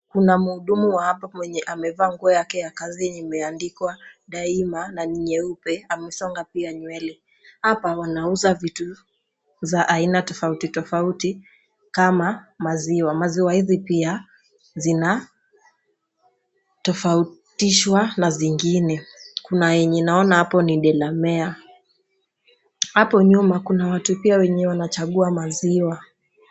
Kuna mhudumu wa hapa ambaye amevaa nguo yake ya kazi imeandikwa Daima na ni nyeupe, amesonga pia nywele. Hapa wanauza vitu vya aina tofauti tofauti kama maziwa. Mziwa hizi pia zinatofautishwa na zingine, enye naona hapa ni Delamere hapo nyuma pia kuna watu pia wanachagua maziwa.